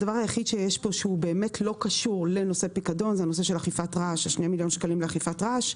הדבר היחיד שבאמת לא קשור לנושא פיקדון זה שני מיליון שקלים לאכיפת רעש.